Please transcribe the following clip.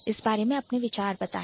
इस बारे में अपने विचार बताएं